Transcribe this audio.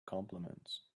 compliments